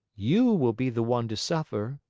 you will be the one to suffer,